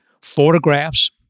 photographs